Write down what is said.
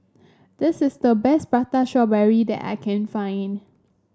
this is the best Prata Strawberry that I can find